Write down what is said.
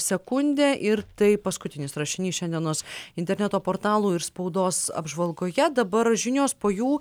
sekundė ir tai paskutinis rašinys šiandienos interneto portalų ir spaudos apžvalgoje dabar žinios po jų